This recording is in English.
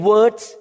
Words